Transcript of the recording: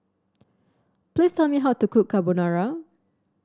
please tell me how to cook Carbonara